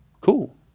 cool